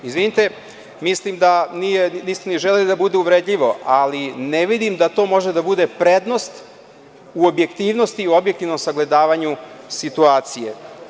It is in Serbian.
Izvinite, mislim da niste ni želeli da bude uvredljivo, ali ne vidim da to može da bude prednost u objektivnosti i objektivnom sagledavanju situacije.